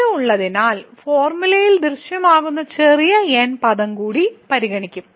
ഇത് ഉള്ളതിനാൽ ഫോർമുലയിൽ ദൃശ്യമാകുന്ന ചെറിയ n പദം കൂടി പരിഗണിക്കും